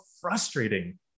frustrating